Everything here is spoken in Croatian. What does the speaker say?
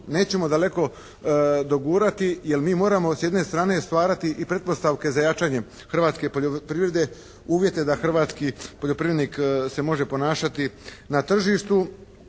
nećemo daleko dogurati jer mi moramo s jedne strane stvarati i pretpostavke za jačanjem hrvatske poljoprivrede. Uvjet je da hrvatski poljoprivrednik se može ponašati na tržištu.